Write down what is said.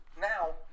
Now